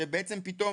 שפתאום